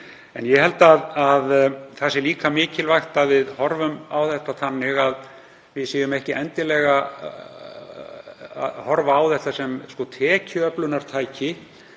en ég held að það sé líka mikilvægt að við horfum á þetta þannig að við séum ekki endilega að horfa á það sem tekjuöflunartæki.